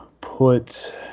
put